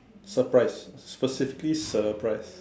surprise specifically surprise